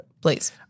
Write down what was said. Please